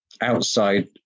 outside